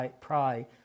pray